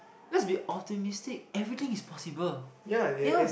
let's be optimistic everything is possible yeah